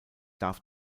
darf